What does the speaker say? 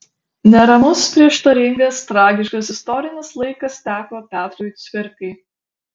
neramus prieštaringas tragiškas istorinis laikas teko petrui cvirkai